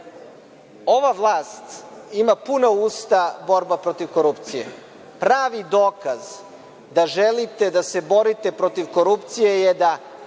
vlast ima puna usta – borba protiv korupcije. Pravi dokaz da želite da se borite protiv korupcije je da